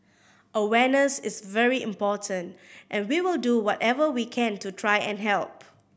awareness is very important and we will do whatever we can to try and help